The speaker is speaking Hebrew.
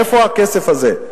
מאיפה הכסף הזה?